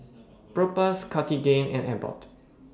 Propass Cartigain and Abbott